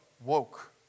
woke